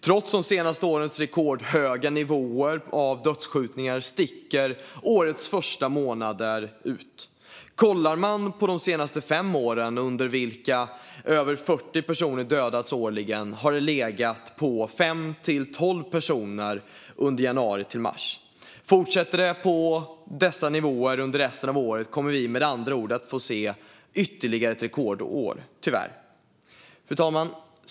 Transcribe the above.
Trots de senaste årens rekordhöga nivåer av antalet dödsskjutningar sticker årets första månader ut. Kollar man på de senaste fem åren, under vilka över 40 personer dödats årligen, har antalet legat på 5-12 personer under januari-mars. Fortsätter det på dessa nivåer under resten av året kommer vi med andra ord att få se ytterligare ett rekordår - tyvärr. Fru talman!